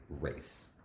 race